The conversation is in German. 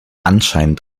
anscheinend